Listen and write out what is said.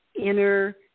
inner